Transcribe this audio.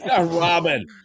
robin